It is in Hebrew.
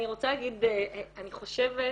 אני רוצה להגיד שאני חושבת